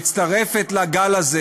ומצטרפת לגל הזה.